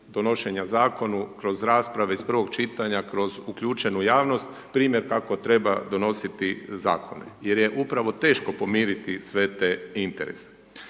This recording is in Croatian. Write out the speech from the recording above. donošenja zakona kroz rasprave iz prvog čitanja kroz uključenu javnost, primjer kako treba donositi zakone jer je upravo teško pomiriti sve te interese.